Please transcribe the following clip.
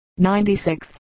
96